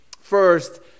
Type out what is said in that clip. First